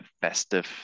festive